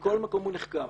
מכל מקום הוא נחקר.